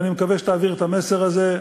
ואני מקווה שתעביר את המסר הזה,